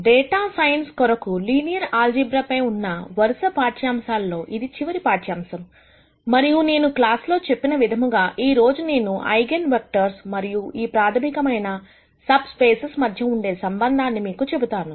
data science కొరకు linear algebra పై ఉన్న వరుస పాఠ్యాంశాల్లో ఇది చివరి పాఠ్యాంశం మరియు నేను క్లాస్ లో చెప్పిన విధముగా ఈరోజు నేను ఐగన్ వెక్టర్స్ మరియు ఈ ప్రాథమికమైన సబ్ స్పేసెస్ మధ్య ఉండే సంబంధాన్ని మీకు చెబుతాను